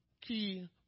key